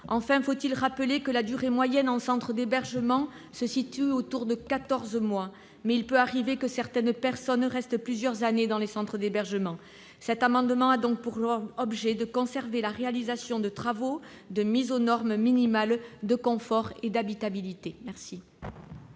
Enfin, faut-il le rappeler, la durée moyenne en centres d'hébergement se situe autour de quatorze mois, mais il peut arriver que certaines personnes restent plusieurs années dans les centres d'hébergement. Cet amendement a donc pour objet de conserver la possibilité de réaliser des travaux « de mise aux normes minimales de confort et d'habitabilité ».